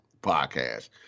podcast